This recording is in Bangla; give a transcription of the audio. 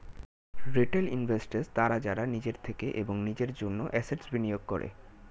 রিটেল ইনভেস্টর্স তারা যারা নিজের থেকে এবং নিজের জন্য অ্যাসেট্স্ বিনিয়োগ করে